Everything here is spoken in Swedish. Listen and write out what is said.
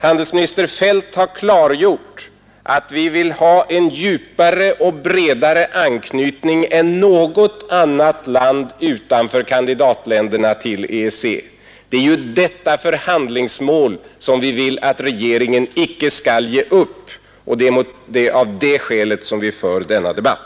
Handelsminister Feldt har klargjort att vi vill ha en djupare och bredare anknytning till EEC än något annat land utanför kandidatländerna. Det är detta förhandlingsmål som vi vill att regeringen icke skall ge upp, och det är av detta skäl vi för denna debatt.